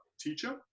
teacher